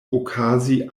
okazi